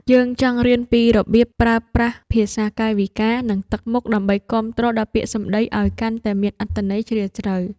យើងចង់រៀនពីរបៀបប្រើប្រាស់ភាសាកាយវិការ និងទឹកមុខ ដើម្បីគាំទ្រដល់ពាក្យសម្ដីឱ្យកាន់តែមានអត្ថន័យជ្រាលជ្រៅ។